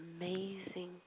amazing